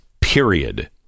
period